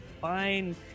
fine